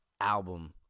album